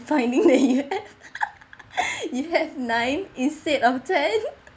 finding the ears you have nine instead of ten